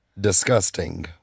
Disgusting